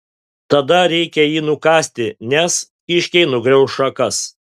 tada reikia jį nukasti nes kiškiai nugrauš šakas